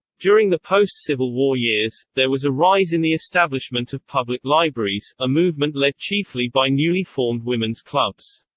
during the post-civil war years, there was a rise in the establishment of public libraries, a movement led chiefly by newly formed women's clubs.